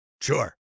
Sure